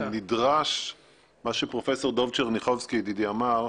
מה שפרופסור דב צ'רניחובסקי ידידי אמר,